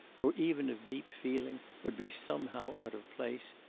or even of deep feeling, would be somehow out of place,